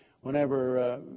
whenever